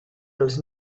dels